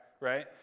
right